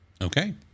Okay